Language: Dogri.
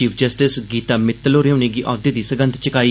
चीफ जस्टिस गीता मित्तल होरे उनेंगी ओह्दे दी सगंध चुकाई